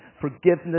forgiveness